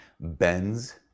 bends